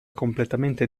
completamente